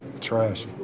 Trash